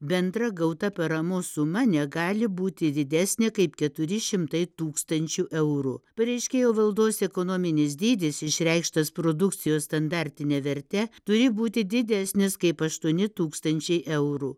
bendra gauta paramos suma negali būti didesnė kaip keturi šimtai tūkstančių eurų pareiškėjo valdos ekonominis dydis išreikštas produkcijos standartine verte turi būti didesnis kaip aštuoni tūkstančiai eurų